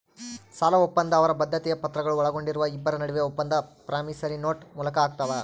ಸಾಲಒಪ್ಪಂದ ಅವರ ಬದ್ಧತೆಯ ಪತ್ರಗಳು ಒಳಗೊಂಡಿರುವ ಇಬ್ಬರ ನಡುವೆ ಒಪ್ಪಂದ ಪ್ರಾಮಿಸರಿ ನೋಟ್ ಮೂಲಕ ಆಗ್ತಾವ